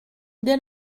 dès